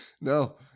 No